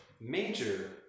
Major